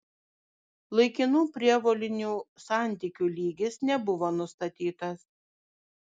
laikinų prievolinių santykių lygis nebuvo nustatytas